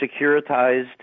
securitized